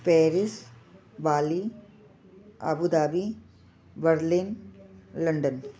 Paris Bali Abu Dhabi Berlin London